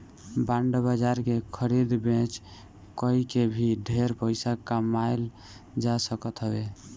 bond बाजार के खरीद बेच कई के भी ढेर पईसा कमाईल जा सकत हवे